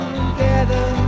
together